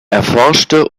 erforschte